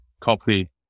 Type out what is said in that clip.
copy